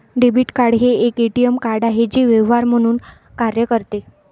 debit card हे एक ATM card आहे जे व्यवहार म्हणून कार्य करते